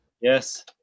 Yes